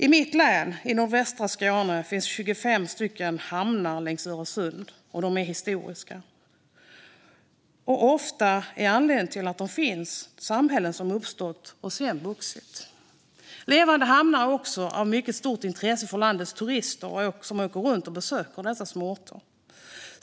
I mitt län i nordvästra Skåne finns 25 hamnar längs Öresund. De är historiska och är ofta anledningen till att samhällen uppstått och sedan vuxit. Levande hamnar är också av mycket stort intresse för landets turister som åker runt och besöker dessa små orter.